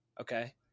Okay